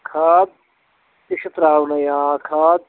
کھاد تہِ چھِ ترٛاونَے آ کھاد